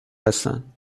هستند